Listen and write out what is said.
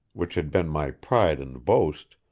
which had been my pride and boast,